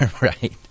right